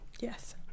Yes